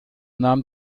nahm